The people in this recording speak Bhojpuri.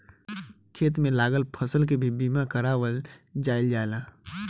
खेत में लागल फसल के भी बीमा कारावल जाईल जाला